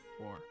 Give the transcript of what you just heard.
War